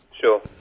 sure